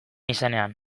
izenean